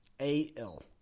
A-L